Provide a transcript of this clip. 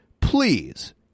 please